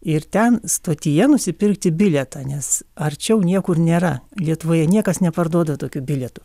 ir ten stotyje nusipirkti bilietą nes arčiau niekur nėra lietuvoje niekas neparduoda tokių bilietų